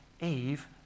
Eve